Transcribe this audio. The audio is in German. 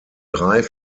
drei